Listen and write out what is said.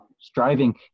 striving